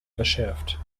verschärft